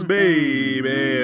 baby